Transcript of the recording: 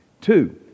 Two